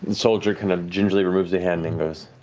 and soldier kind of gingerly removes her hand and goes